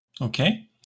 Okay